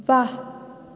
व्वा